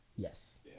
Yes